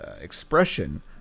expression